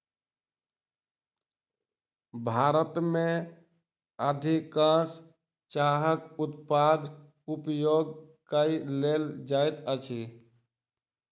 भारत में अधिकाँश चाहक उत्पाद उपयोग कय लेल जाइत अछि